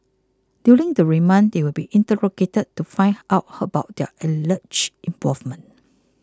during the remand they will be interrogated to find out how about their alleged involvement